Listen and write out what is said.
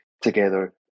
together